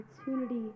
opportunity